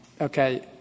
Okay